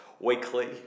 weekly